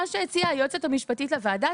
מה שהציעה היועצת המשפטית לוועדה,